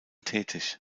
tätig